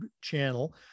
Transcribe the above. channel